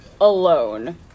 alone